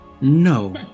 No